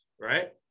right